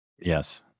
Yes